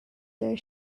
their